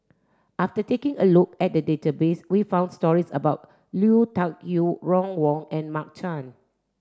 after taking a look at the database we found stories about Lui Tuck Yew Ron Wong and Mark Chan